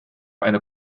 eine